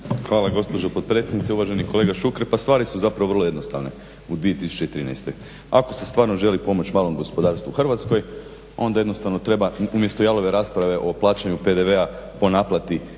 Hvala gospođo potpredsjednice. Uvaženi kolega Šuker, pa stvari su zapravo vrlo jednostavne u 2013. Ako se stvarno želi pomoći malom gospodarstvu u Hrvatskoj onda jednostavno treba umjesto jalove rasprave o plaćanju PDV-a po naplati